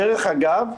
דרך אגב,